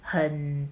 很